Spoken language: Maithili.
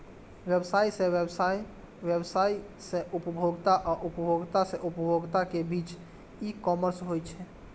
व्यवसाय सं व्यवसाय, व्यवसाय सं उपभोक्ता आ उपभोक्ता सं उपभोक्ता के बीच ई कॉमर्स होइ छै